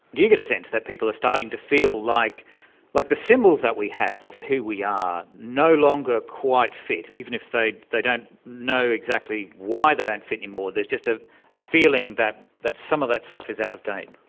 do get a sense that people are starting to feel like like the symbols that we have of who we are, no longer quite fit, even if they they don't know exactly why they don't and fit any more. there's just a ah feeling that that some of that stuff is out of date.